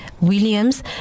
Williams